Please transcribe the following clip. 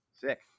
Sick